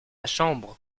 chambre